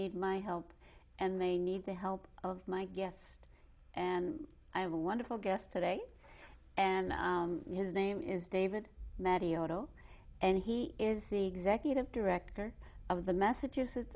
need my help and they need the help of my guest and i have a wonderful guest today and his name is david matty auto and he is the executive director of the massachusetts